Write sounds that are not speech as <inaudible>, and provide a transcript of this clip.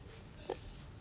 <noise>